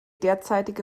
derzeitige